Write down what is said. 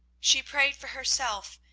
she prayed for herself,